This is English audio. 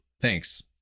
Thanks